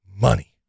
Money